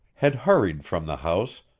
had hurried from the house,